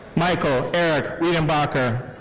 michael eric weidenbacher.